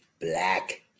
Black